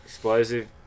Explosive